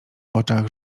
oczach